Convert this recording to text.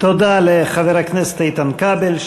תודה לחבר הכנסת איתן כבל,